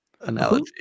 analogy